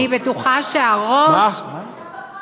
אתה בחרת בהם.